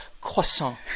croissant